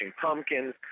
Pumpkins